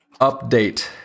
update